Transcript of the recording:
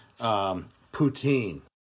poutine